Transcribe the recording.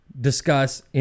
discuss